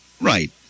Right